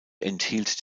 enthielt